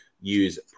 Use